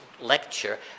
lecture